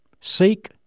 Seek